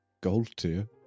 gold-tier